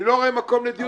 אני לא רואה מקום לדיון.